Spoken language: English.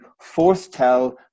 foretell